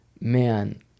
man